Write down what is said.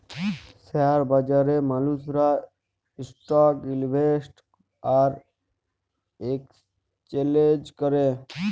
share বাজারে মালুসরা stock invest আর একেসচেলজ ক্যরে